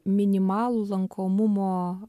minimalų lankomumo